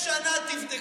תבדוק.